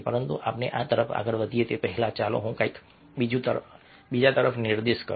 પરંતુ આપણે આ તરફ આગળ વધીએ તે પહેલાં ચાલો હું કંઈક બીજું તરફ નિર્દેશ કરું